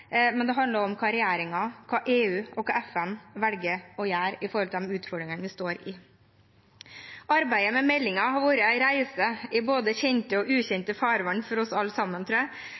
men det handler også om hva regjeringen, EU og FN velger å gjøre med hensyn til de utfordringene vi står i. Arbeidet med meldingen har vært en reise i både kjente og ukjente farvann for oss